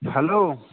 hello